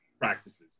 practices